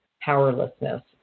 powerlessness